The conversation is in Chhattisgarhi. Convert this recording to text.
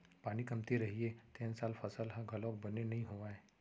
पानी कमती रहिथे तेन साल फसल ह घलोक बने नइ होवय